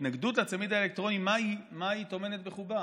ההתנגדות לצמיד האלקטרוני, מה היא טומנת בחובה?